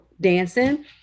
dancing